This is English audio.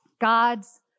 God's